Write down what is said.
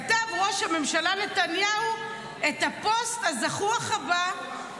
כתב ראש הממשלה נתניהו את הפוסט הזחוח הבא,